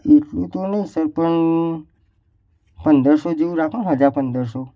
એટલું તો નહીં સાહેબ પણ પંદરસો જેવું રાખો ને હજાર પંદરસો